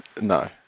No